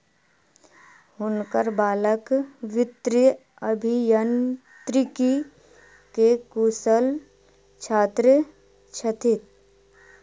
हुनकर बालक वित्तीय अभियांत्रिकी के कुशल छात्र छथि